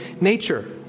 nature